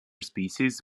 species